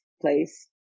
place